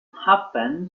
happened